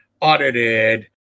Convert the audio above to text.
audited